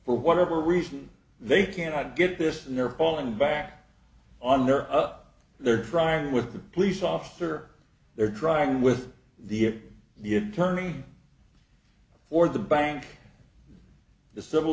for whatever reason they cannot get this and they're falling back on their of their drying with the police officer they're trying with the the attorney for the bank the civil